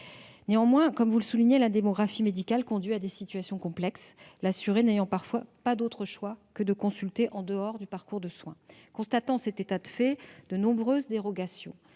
Néanmoins, comme vous le soulignez, la démographie médicale conduit à des situations complexes, l'assuré n'ayant parfois pas d'autre choix que de consulter en dehors du parcours de soins. Sur le fondement de ce constat, de nombreuses dérogations